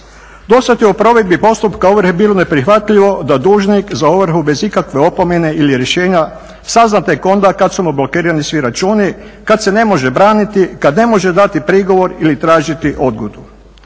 Do sada je u provedbi postupka ovrhe bilo neprihvatljivo da dužnik za ovrhu bez ikakve opomene ili rješenja sazna tek onda kada su mu blokirani svi računi, kada se ne može braniti, kad ne može dati prigovor ili tražiti odgodu.